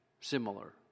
similar